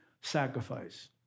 sacrifice